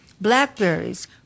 blackberries